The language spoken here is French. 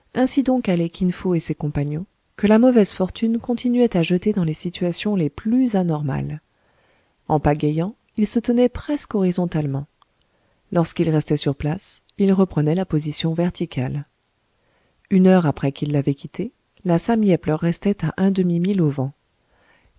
ainsi donc allaient kin fo et ses compagnons que la mauvaise fortune continuait à jeter dans les situations les plus anormales en pagayant ils se tenaient presque horizontalement lorsqu'ils restaient sur place ils reprenaient la position verticale une heure après qu'ils l'avaient quittée la sam yep leur restait à un demi-mille au vent